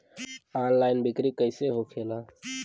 Online बिक्री कैसे होखेला?